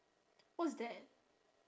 what's that